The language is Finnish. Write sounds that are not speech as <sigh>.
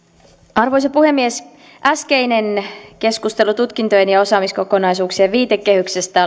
arvoisa puhemies äskeinen keskustelu tutkintojen ja osaamiskokonaisuuksien viitekehyksestä <unintelligible>